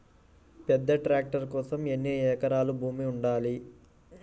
పెద్ద ట్రాక్టర్ కోసం ఎన్ని ఎకరాల భూమి ఉండాలి?